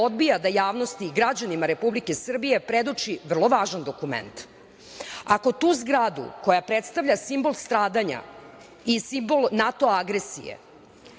odbija da javnosti i građanima Republike Srbije predoči vrlo važan dokument. Ako tu zgradu koja predstavlja simbol stradanja, i simbol NATO agresije,